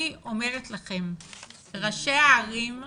אני אומרת לכם שראשי הערים,